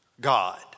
God